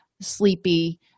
sleepy